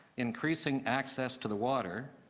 increasing access to the water,